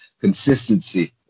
consistency